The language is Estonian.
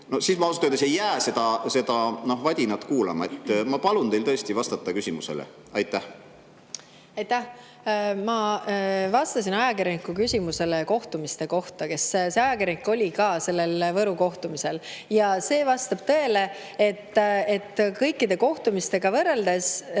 siis ma ausalt öeldes ei jää seda vadinat kuulama. Ma palun teil tõesti vastata küsimusele. Aitäh! Ma vastasin ajakirjaniku küsimusele kohtumiste kohta. See ajakirjanik oli ka sellel Võru kohtumisel. Vastab tõele, et kõikide kohtumistega võrreldes